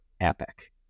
epic